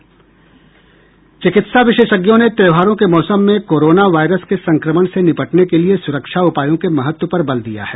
चिकित्सा विशेषज्ञों ने त्योहारों के मौसम में कोरोना वायरस के संक्रमण से निपटने के लिए सुरक्षा उपायों के महत्व पर बल दिया है